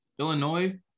Illinois